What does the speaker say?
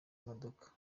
y’imodoka